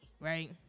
right